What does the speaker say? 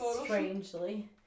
strangely